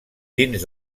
dins